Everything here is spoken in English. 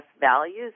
values